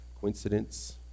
coincidence